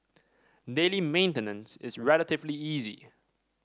daily maintenance is relatively easy